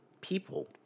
people